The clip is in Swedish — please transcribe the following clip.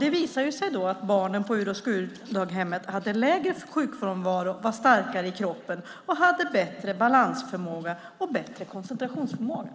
Det visade sig att barnen på ur-och-skur-daghemmet hade lägre sjukfrånvaro, var starkare i kroppen, hade bättre balansförmåga och bättre koncentrationsförmåga.